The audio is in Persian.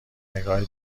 نگاه